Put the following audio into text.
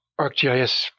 ArcGIS